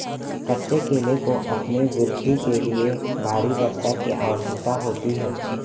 कच्चे केले को अपनी वृद्धि के लिए भारी वर्षा की आवश्यकता होती है